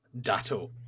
DATO